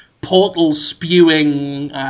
portal-spewing